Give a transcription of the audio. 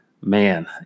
man